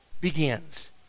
begins